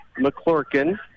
McClurkin